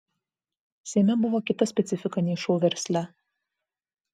seime buvo kita specifika nei šou versle